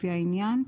לפי העניין,